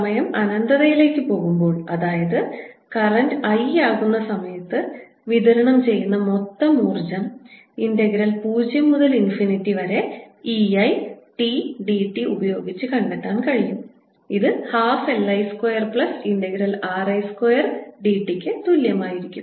സമയം അനന്തതയിലേക്ക് പോകുമ്പോൾ അതായത് കറന്റ് I ആകുന്ന സമയത്ത് വിതരണം ചെയ്യുന്ന മൊത്തം ഊർജ്ജം ഇൻ്റഗ്രൽ 0 മുതൽ ഇൻഫിനിറ്റി വരെ E I t d t ഉപയോഗിച്ച് കണ്ടെത്താൻ കഴിയും ഇത് 12 LI square plus integral RI square d t ക്ക് തുല്യമായിരിക്കും